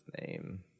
name